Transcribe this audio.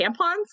tampons